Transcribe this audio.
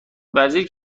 وزیر